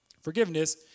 Forgiveness